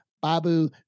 babu